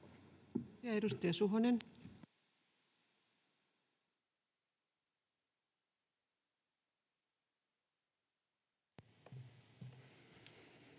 Edustaja Suhonen.